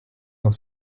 dans